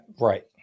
Right